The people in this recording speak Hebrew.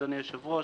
אדוני היושב-ראש,